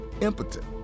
impotent